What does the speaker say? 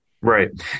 Right